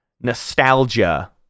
nostalgia